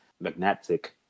magnetic